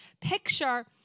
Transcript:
picture